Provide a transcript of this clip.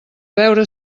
veure